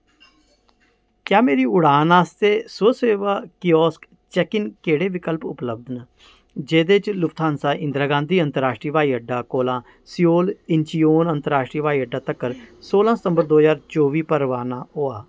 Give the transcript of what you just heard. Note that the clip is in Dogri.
क्या मेरी उड़ान आस्तै स्व सेवा कियोस्क चेक इन केह्ड़े विकल्प उपलब्ध न जेह्दे च लुफ्थांसा इंदिरा गांधी अंतर राश्ट्री हवाई अड्डा कोला सियोल इंचियोन अंतर राश्ट्री हवाई अड्डा तक्कर सोलां सितंबर दो ज्हार चौबी पर रवाना होआ